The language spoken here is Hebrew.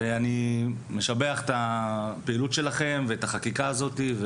אני משבח את הפעילות שלכם ואת החקיקה הזו.